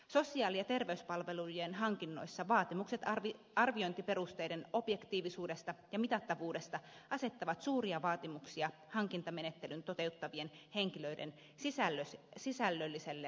sosiaali ja terveyspalvelujen hankinnoissa vaatimukset arviointiperusteiden objektiivisuudesta ja mitattavuudesta asettavat suuria vaatimuksia hankintamenettelyn toteuttavien henkilöiden sisällölliselle asiantuntemukselle